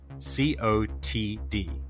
c-o-t-d